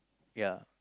ya